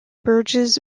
bruges